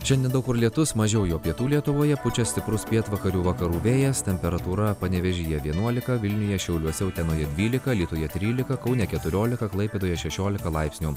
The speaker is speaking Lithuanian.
šiandien daug kur lietus mažiau jo pietų lietuvoje pučia stiprus pietvakarių vakarų vėjas temperatūra panevėžyje vienuolika vilniuje šiauliuose utenoje dvylika alytuje trylika kaune keturiolika klaipėdoje šešiolika laipsnių o